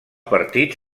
partits